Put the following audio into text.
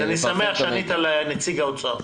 אני שמח שענית לנציג האוצר.